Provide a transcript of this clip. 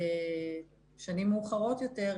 בשנים מאוחרות יותר,